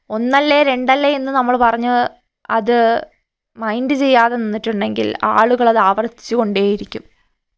ഒന്നല്ലേ രണ്ടല്ലേ എന്ന് നമ്മള് പറഞ്ഞ് അത് മൈൻഡ് ചെയ്യാതെ നിന്നിട്ടുണ്ടങ്കിൽ ആളുകളതാവർത്തിച്ചുകൊണ്ടേയിരിക്കും